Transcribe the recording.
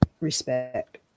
respect